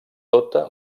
tota